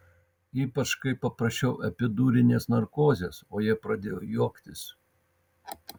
ypač kai paprašiau epidurinės narkozės o jie pradėjo juoktis